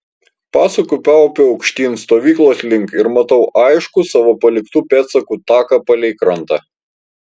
pasuku paupiu aukštyn stovyklos link ir matau aiškų savo paliktų pėdsakų taką palei krantą